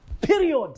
period